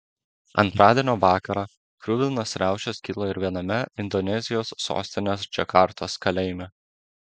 antradienio vakarą kruvinos riaušės kilo ir viename indonezijos sostinės džakartos kalėjime